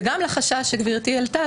וגם לחשש שגברתי העלתה,